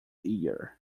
year